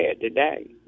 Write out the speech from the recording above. today